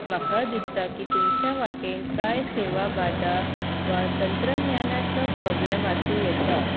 म्हाका दिसता की तुमच्या वाटेन कांय सेवा बादा वा तंज्ञानाचो प्रॉब्लम आसूं येता